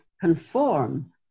conform